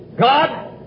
God